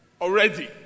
already